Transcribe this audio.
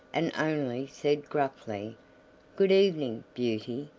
and only said gruffly good-evening, beauty,